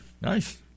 Nice